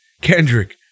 Kendrick